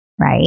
right